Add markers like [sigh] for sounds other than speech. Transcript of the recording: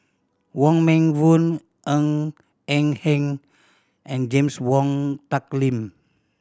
Wong Meng Voon Ng Eng Hen and James Wong Tuck [unintelligible]